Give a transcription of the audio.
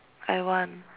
I want